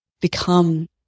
become